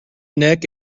neck